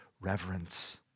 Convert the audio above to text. reverence